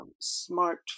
smart